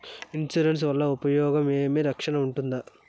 Insurance వల్ల ఉపయోగం ఏమి? రక్షణ ఉంటుందా?